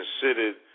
considered